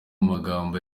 magambo